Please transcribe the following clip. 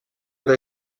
they